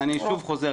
אני שוב חוזר.